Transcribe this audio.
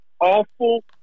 awful